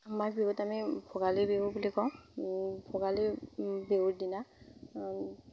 মাঘ বিহুত আমি ভোগালী বিহু বুলি কওঁ ভোগালী বিহুৰ দিনা